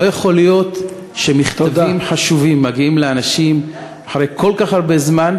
לא יכול להיות שמכתבים חשובים מגיעים לאנשים אחרי כל כך הרבה זמן,